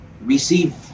receive